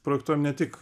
projektuojam ne tik